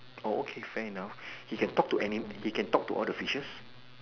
oh okay fair enough he can talk to any he can talk to all the fishes